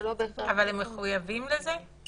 אבל לא בהכרח --- האם הם מחויבים להציע?